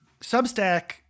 Substack